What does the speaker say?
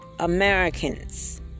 Americans